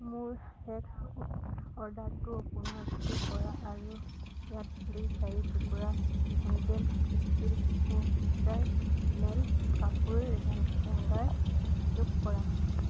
মোৰ শেষ অৰ্ডাৰটোৰ পুনৰাবৃত্তি কৰা আৰু ইয়াত দুই চাৰি টুকুৰা হেনজেল ষ্টীল কাপোৰ হে হেঙাৰ যোগ কৰা